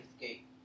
escape